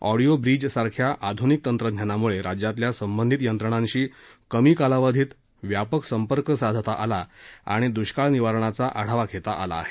audio ब्रिजसारख्या आधूनिक तंत्रज्ञानामुळे राज्यातल्या संबंधित यंत्रणांशी कमी कालावधीत व्यापक संपर्क साधता आला आणि दुष्काळ निवारणाचा आढावा घेता आला आहे